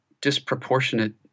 disproportionate